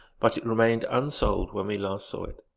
but it remained unsold when we last saw it.